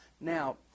Now